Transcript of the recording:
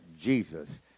Jesus